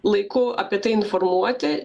laiku apie tai informuoti